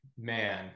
man